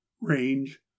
Range